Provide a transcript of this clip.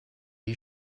you